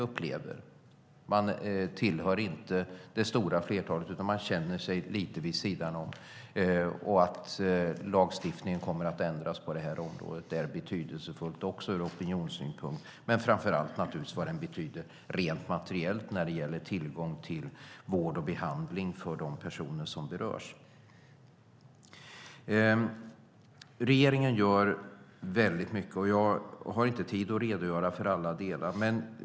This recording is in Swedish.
Det är en bekräftelse på att politiken anpassar sig. Att lagstiftningen kommer att ändras på det här området är betydelsefullt ur opinionssynpunkt, men framför allt rent materiellt när det gäller tillgång till vård och behandling för dem som berörs. Regeringen gör mycket. Jag har inte tid att redogöra för allt.